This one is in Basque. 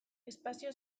espazio